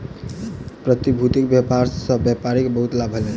प्रतिभूति के व्यापार सॅ व्यापारी के बहुत लाभ प्राप्त भेल